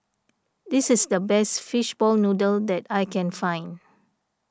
this is the best Fishball Noodle that I can find